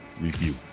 review